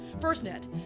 FirstNet